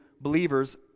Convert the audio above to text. believers